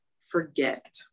forget